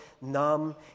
numb